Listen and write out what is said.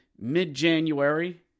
mid-January